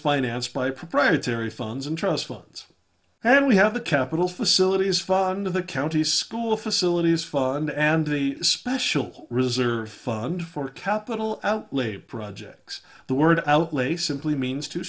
financed by proprietary funds and trust funds and we have the capital facilities fund of the county school facilities fund and the special reserve fund for capital outlay projects the word outlay simply means to